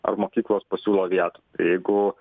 ar mokyklos pasiūlo vietų jeigu